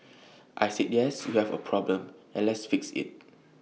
I said yes we have A problem and let's fix IT